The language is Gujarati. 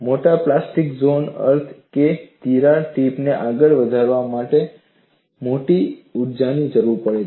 મોટા પ્લાસ્ટિક ઝોનનો અર્થ એ છે કે તિરાડ ટીપને આગળ વધારવા માટે મોટી માત્રામાં ઊર્જાની જરૂર પડે છે